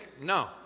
No